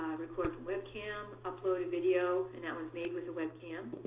record from webcam, upload a video and that one's made with a webcam.